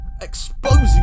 exposing